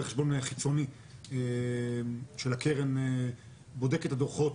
רואה חשבון חיצוני של הקרן בודק את הדו"חות,